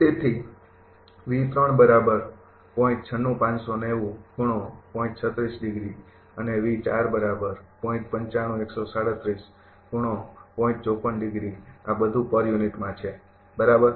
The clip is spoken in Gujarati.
તેથી અને આ બધું પર યુનિટમાં છે બરાબર